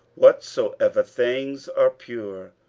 whatsoever things are pure,